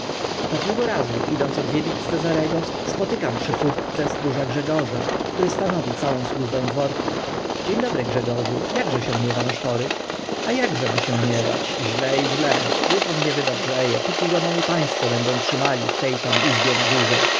pewnego razu idąc odwiedzić pana cezarego spotykam przy furtce stróża grzegorza który stanowi całą służbę dworku dzień dobry grzegorzu jakże się miewa nasz chory a akże ma się miewać źle i źle już on nie wydobrze e póki go moi państwo będą trzymali w te tam izbie na górze